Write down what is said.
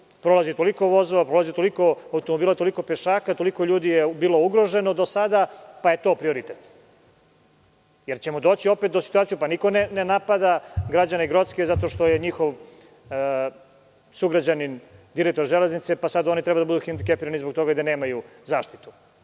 prolazi toliko vozova, prolazi toliko automobila, toliko pešaka, toliko ljudi je bilo ugroženo do sada, pa je to prioritet. Niko ne napada građane Grocke zato što je njihov sugrađanin direktor Železnice, pa sad oni treba da budu hendikepirani zbog toga i da nemaju zaštitu.